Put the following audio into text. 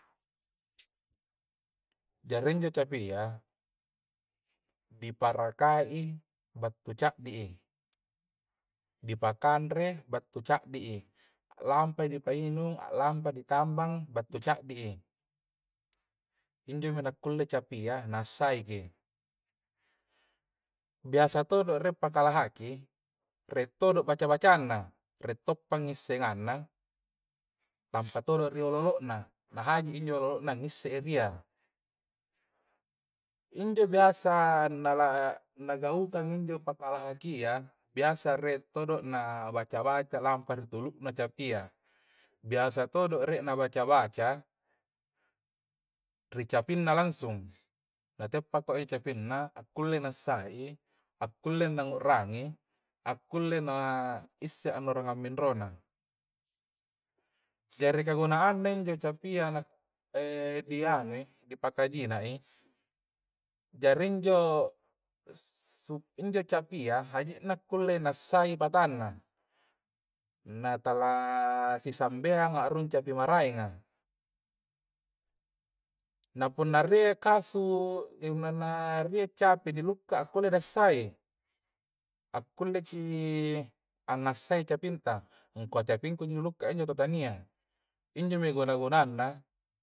Jari injo capia diparakai battu ca'di i di pakanre battu ca'di i a lammpai dipainung a lampai ditambang battu di ca'di i. injomi nakulle capia na'assaiki biasa todo rie patalahangki i' rie todo baca-bacanna rie to pangessenganna nampa todo ri lolo'na na haji' injo lolo'na ngisseria. Injo biasa na la gaukangi injo patalahangki'a biasa rie' todo na baca-baca lampa ri tunu'na ri capia biasa todo rie na baca-baca ri capingnna langsung, nateppa' ko e cappingnna akulle na'assaiki, akulle nu'ngurangi, akulle na isse ngangminro na. Jari kagunaanna injo capia e dianui e dipakajinai jari injo injo capia haji'na kulle nassai' patanna na tala sisambeang a'rung capi maraenga. na punna rie kasu' ri manna rie capi dilukka kulle di'assai, a kulleki angngassai capinta, ngungkua capingku nu injo nu tania. Injomi guna-gunanna.